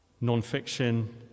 non-fiction